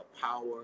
power